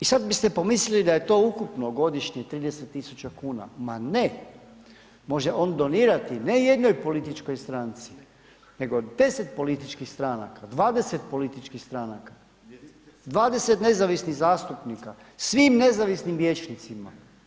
I sad biste pomislili da je to ukupno godišnje 30 000 kuna, ma ne, može on donirati ne jednoj političkoj stranci nego 10 političkih stranaka, 20 političkih stranaka, 20 nezavisnih zastupnika, svim nezavisnim vijećnicima.